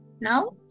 Now